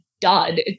dud